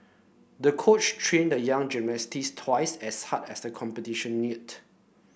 the coach trained the young gymnast twice as hard as the competition neared